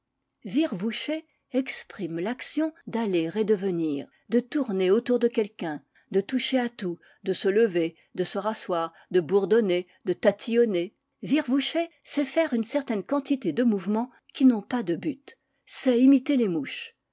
virvoucher exprime l'action d'aller et de venir de tourner autour de quelqu'un de toucher à tout de se lever de se rasseoir de bourdonner de tatillonner virvoucher c'est faire une certaine quantité de mouvements qui n'ont pas de but c'est imiter les mouches